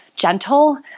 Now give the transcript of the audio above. gentle